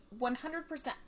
100%